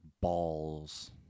Balls